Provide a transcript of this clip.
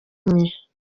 imwe